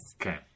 Okay